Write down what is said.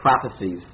prophecies